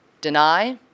deny